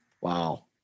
wow